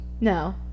No